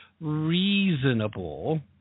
reasonable